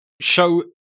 show